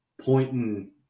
pointing